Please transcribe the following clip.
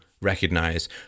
recognize